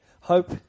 Hope